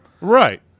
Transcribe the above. Right